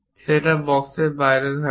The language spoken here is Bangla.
সেটা সেই বাক্সের বাইরে থাকবে